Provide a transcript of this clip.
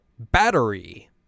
Battery